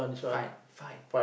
fight fight